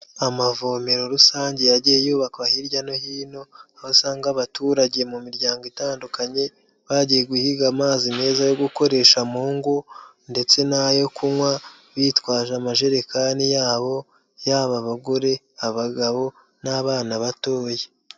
Amavomero rusange yagiye yubakwa hirya no hino, aho usanga abaturage mu miryango itandukanye bagiye guhiga amazi meza yo gukoresha mu ngo ndetse n'ayo kunywa, bitwaje amajerekani yabo, yaba abagore, abagabo n'abana batoya.